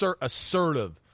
assertive